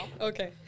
Okay